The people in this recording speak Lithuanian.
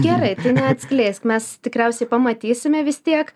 gerai neatskleisk mes tikriausiai pamatysime vis tiek